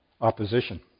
opposition